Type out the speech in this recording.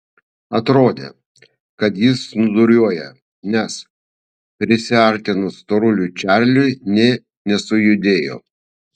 atrodė kad jis snūduriuoja nes prisiartinus storuliui čarliui nė nesujudėjo